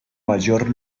mayor